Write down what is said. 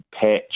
patch